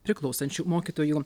priklausančių mokytojų